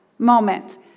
moment